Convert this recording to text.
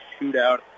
shootout